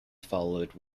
followed